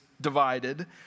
divided